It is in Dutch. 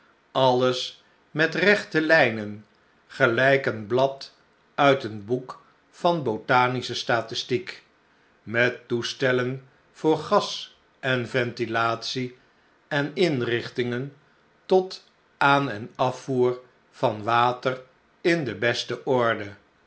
alles met rechte lijnen gelijk een blad uit een boek van botanische statistiek met toestellen voor gas en ventilatie en inrichtingen tot aan en afvoer van water in de beste orde